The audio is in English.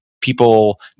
people